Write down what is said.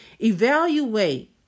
Evaluate